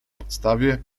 podstawie